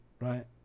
right